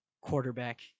quarterback